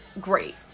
great